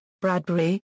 Bradbury